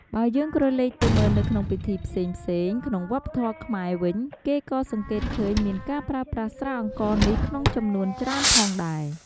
បើយើងក្រឡេកទៅមើលនៅក្នុងពិធីផ្សេងៗក្នុងវប្បធម៌ខ្មែរវិញគេក៏សង្កេតឃើញមានការប្រើប្រាស់ស្រាអង្ករនេះក្នុងចំនួនច្រើនផងដែរ។